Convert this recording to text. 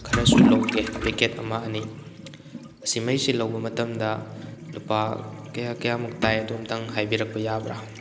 ꯈꯔꯁꯨ ꯂꯧꯒꯦ ꯄꯦꯛꯈꯦꯠ ꯑꯃ ꯑꯅꯤ ꯁꯤꯈꯩꯁꯤ ꯂꯧꯕ ꯃꯇꯝꯗ ꯂꯨꯄꯥ ꯀꯌꯥ ꯀꯌꯥꯝꯃꯨꯛ ꯇꯥꯏ ꯑꯗꯨ ꯑꯃꯨꯛꯇꯪ ꯍꯥꯏꯕꯤꯔꯛꯄ ꯌꯥꯕ꯭ꯔꯥ